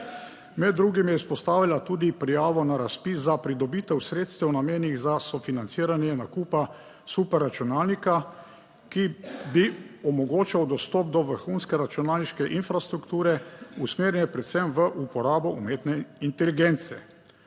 Med drugim je izpostavila tudi prijavo na razpis za pridobitev sredstev, namenjenih za sofinanciranje nakupa superračunalnika, ki bi omogočal dostop do vrhunske računalniške infrastrukture, usmerjen predvsem v uporabo umetne inteligence.